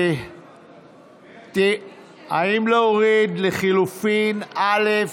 האם להוריד לחלופין א'